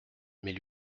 mais